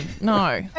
No